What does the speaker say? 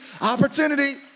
opportunity